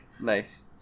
Nice